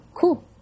cool